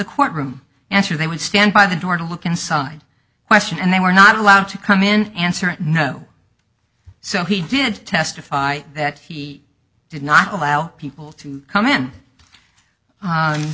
court room answer they would stand by the door to look inside question and they were not allowed to come in and answer no so he did testify that he did not allow people to come in